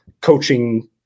coaching